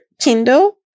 Kindle